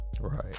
right